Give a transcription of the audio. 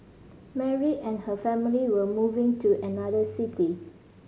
Mary and her family were moving to another city